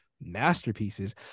masterpieces